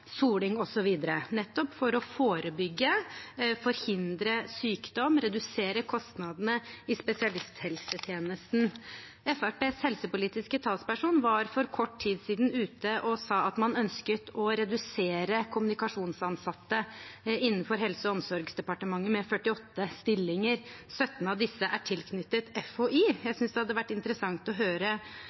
soling osv. nettopp for å forebygge og forhindre sykdom og for å redusere kostnadene i spesialisthelsetjenesten. Fremskrittspartiets helsepolitiske talsperson var for kort tid siden ute og sa at man ønsket å redusere antall kommunikasjonsansatte innenfor Helse- og omsorgsdepartementet med 48 stillinger – 17 av disse er tilknyttet FHI. Jeg synes det hadde vært interessant å høre